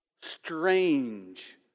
strange